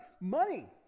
Money